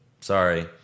Sorry